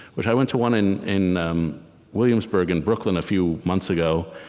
which i went to one in in um williamsburg in brooklyn a few months ago,